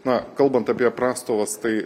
na kalbant apie prastovas tai